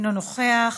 אינו נוכח.